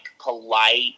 polite